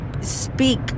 speak